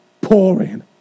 pouring